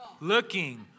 looking